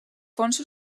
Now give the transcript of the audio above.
fons